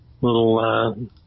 little, –